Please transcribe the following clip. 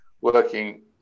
working